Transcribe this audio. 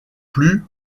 plus